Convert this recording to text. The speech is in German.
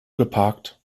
geparkt